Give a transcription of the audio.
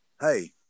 Hey